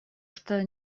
что